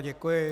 Děkuji.